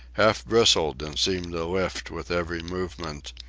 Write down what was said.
half bristled and seemed to lift with every movement,